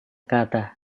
kata